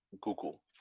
Google